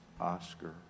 Oscar